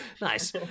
Nice